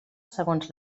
segons